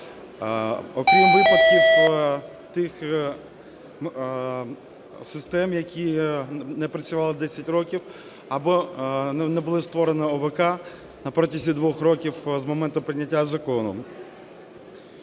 Окрім випадків тих систем, які не працювали 10 років, або не було створено ОВК на протязі двох років з моменту прийняття закону.